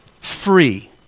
free